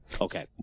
Okay